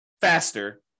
faster